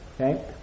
Okay